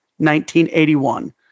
1981